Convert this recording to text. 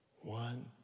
One